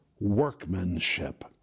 workmanship